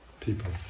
people